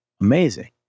amazing